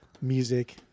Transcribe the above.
music